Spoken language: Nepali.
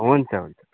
हुन्च हुन्छ